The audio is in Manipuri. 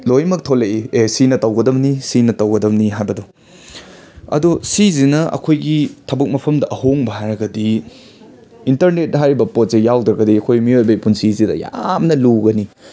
ꯂꯣꯏꯅꯃꯛ ꯊꯣꯛꯂꯛꯏ ꯑꯦ ꯁꯤꯅ ꯇꯧꯒꯗꯕꯅꯤ ꯁꯤꯅ ꯇꯧꯒꯗꯕꯅꯤ ꯍꯥꯏꯕꯗꯣ ꯑꯗꯣ ꯁꯤꯁꯤꯅ ꯑꯩꯈꯣꯏꯒꯤ ꯊꯕꯛ ꯃꯐꯝꯗ ꯑꯍꯣꯡꯕ ꯍꯥꯏꯔꯒꯗꯤ ꯏꯟꯇꯔꯅꯦꯠ ꯍꯥꯏꯔꯤꯕ ꯄꯣꯠꯁꯦ ꯌꯥꯎꯗ꯭ꯔꯒꯗꯤ ꯑꯩꯈꯣꯏ ꯃꯤꯑꯣꯏꯕꯩ ꯄꯨꯟꯁꯤꯁꯤꯗ ꯌꯥꯝꯅ ꯂꯨꯒꯅꯤ